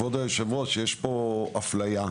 כל גוף וגוף יביא הצעה לצו לאישור של ועדת הכלכלה.